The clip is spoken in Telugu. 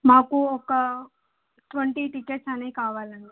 మాకు ఒక ట్వంటీ టికెట్స్ అనేవి కావాలండి